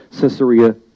Caesarea